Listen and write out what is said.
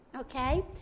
okay